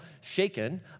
shaken